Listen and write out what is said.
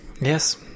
yes